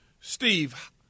Steve